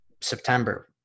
September